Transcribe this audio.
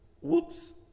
Whoops